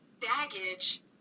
baggage